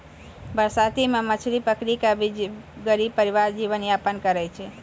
बरसाती मॅ मछली पकड़ी कॅ भी गरीब परिवार जीवन यापन करै छै